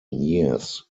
years